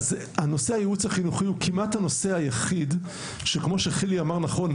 אז נושא הייעוץ החינוכי הוא כמעט הנושא היחיד שכמו שחילי אמר נכון,